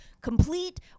complete